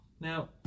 now